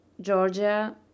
Georgia